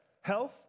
Health